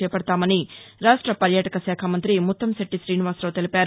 చేపడతామని రాష్ట పర్యాటక శాఖ మంతి ముత్తంశెట్టి శీనివాసరావు తెలిపారు